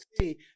see